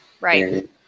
Right